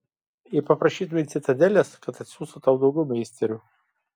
jei paprašytumei citadelės kad atsiųstų tau daugiau meisterių